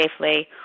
safely